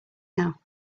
now